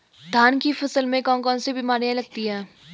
धान की फसल में कौन कौन सी बीमारियां लगती हैं?